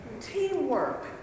Teamwork